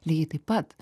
lygiai taip pat